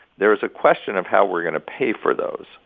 there's a question of how we're going to pay for those.